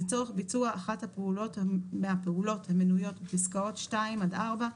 לצורך ביצוע אחת מהפעולות המנויות בפסקאות (2) עד (4),